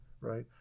Right